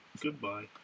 Goodbye